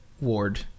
ward